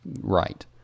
right